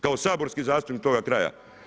Kao saborski zastupnik toga kraja.